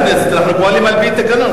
יש תקנון לכנסת, אנחנו פועלים על-פי התקנון.